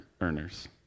earners